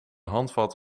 handvat